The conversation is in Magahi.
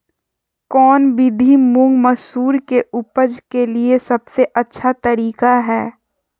कौन विधि मुंग, मसूर के उपज के लिए सबसे अच्छा तरीका है?